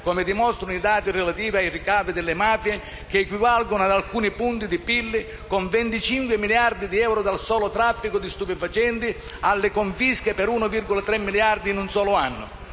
come dimostrano i dati relativi ai ricavi delle mafie, che equivalgono ad alcuni punti di PIL, con 25 miliardi di euro di ricavo dal solo traffico di stupefacenti, fino alle confische per 1,3 miliardi in un solo anno.